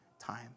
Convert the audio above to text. time